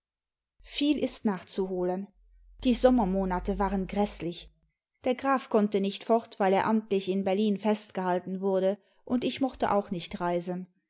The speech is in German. viel ist nachzuholen die sonunermonate waren gräßlich der graf konnte nicht fort weil er amtlich in berlin festgehalten wurde und ich mochte auch nicht reisen